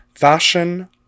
fashion